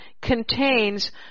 contains